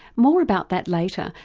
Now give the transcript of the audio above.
more about that later,